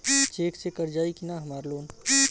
Check से कट जाई की ना हमार लोन?